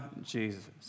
Jesus